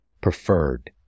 preferred